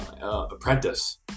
apprentice